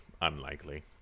Unlikely